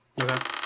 Okay